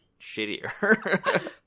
shittier